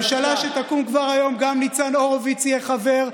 בממשלה שתקום כבר היום גם ניצן הורוביץ יהיה חבר.